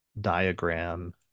diagram